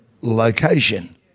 location